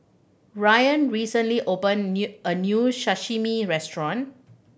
Rylan recently open a new Sashimi Restaurant